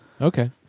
Okay